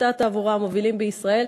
משופטי התעבורה המובילים בישראל,